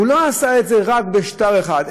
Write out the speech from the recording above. הוא לא עשה את זה רק בשטר אחד,